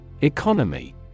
Economy